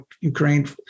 Ukraine